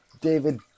david